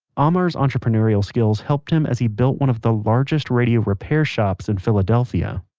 amar's entrepreneurial skills helped him as he built one of the largest radio repair shops in philadelphia